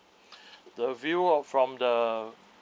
the view of from the